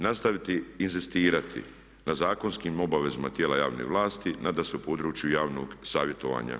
Treba nastaviti inzistirati na zakonskim obavezama tijela javne vlasti, nadasve u području javnog savjetovanja.